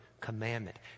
commandment